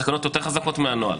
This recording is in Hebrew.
התקנות יותר חזקות מהנוהל.